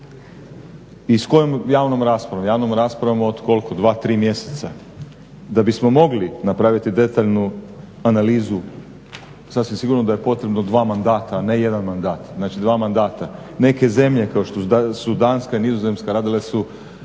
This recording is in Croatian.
I s kojom javnom raspravom? Javnom raspravom od koliko? 2, 3 mjeseca. Da bismo mogli napraviti detaljnu analizu sasvim sigurno daje potrebno dva mandata, a ne jedan mandata, znači dva mandata. Neke zemlje kao što su Danska i Nizozemska radile su